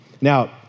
Now